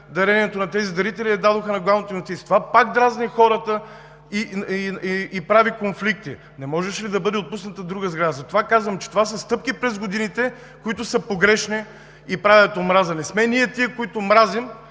волята на тези дарители и я дадоха на Главното мюфтийство. Това пак дразни хората и прави конфликти. Не можеше ли да бъде отпусната друга сграда? Затова казвам, че това са стъпки през годините, които са погрешни и правят омраза. Не сме ние тези, които мразим